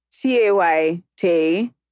T-A-Y-T